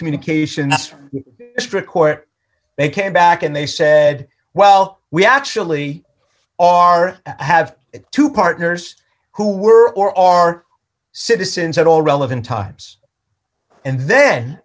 communications from strict court they came back and they said well we actually are have two partners who were or are citizens at all relevant times and then